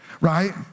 Right